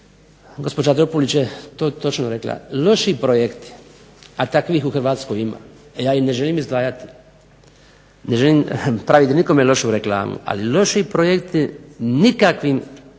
gospođa Dropulić je to točno rekla, loši projekti, a takvih u Hrvatskoj ima, ja ih ne želim izdvajati, ne želim praviti nikome lošu reklamu, ali loši projekti nikakvim